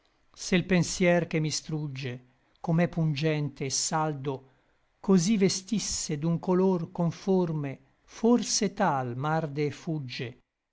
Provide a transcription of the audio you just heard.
se l pensier che mi strugge com'è pungente et saldo cosí vestisse d'un color conforme forse tal m'arde et fugge